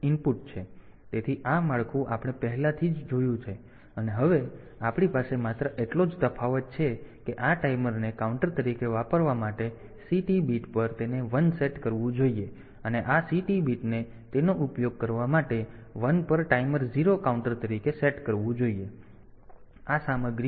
તેથી આ માળખું આપણે પહેલાથી જ જોયું છે અને હવે આપણી પાસે માત્ર એટલો જ તફાવત છે કે આ ટાઈમરને કાઉન્ટર તરીકે વાપરવા માટે CT બીટ તેને 1 પર સેટ કરવું જોઈએ અને આ CT બીટને તેનો ઉપયોગ કરવા માટે 1 પર ટાઈમર 0 કાઉન્ટર તરીકે સેટ કરવું જોઈએ